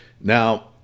Now